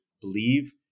believe